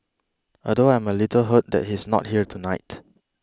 although I am a little hurt that he's not here tonight